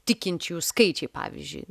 tikinčiųjų skaičiai pavyzdžiui